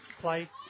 play